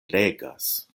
legas